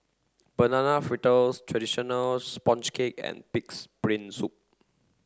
Banana Fritters Traditional Sponge Cake and Pig's Brain Soup